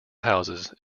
houses